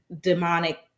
demonic